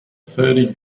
thirty